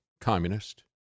communist